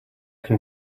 can